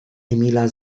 emila